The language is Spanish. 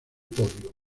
podio